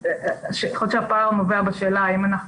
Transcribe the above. יכול להיות שהפער נובע מהשאלה האם אנחנו